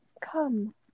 Come